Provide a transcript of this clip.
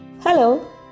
Hello